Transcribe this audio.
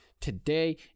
today